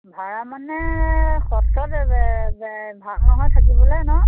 ভাড়া মানে সত্ৰত ভাল নহয় থাকিবলৈ নহ্